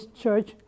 Church